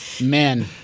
Man